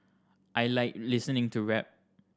I like listening to rap